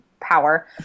power